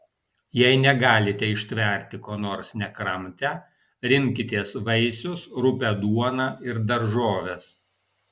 jei negalite ištverti ko nors nekramtę rinkitės vaisius rupią duoną ir daržoves